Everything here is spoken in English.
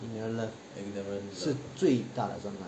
ignorant love 是最大的障碍